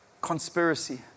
conspiracy